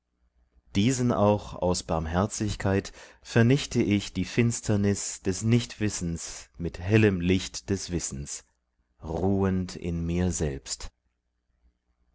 diesen auch aus barmherzigkeit vernichte ich die finsternis des nichtwissens mit hellem licht des wissens ruhend in mir selbst